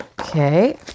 okay